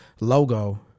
Logo